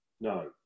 No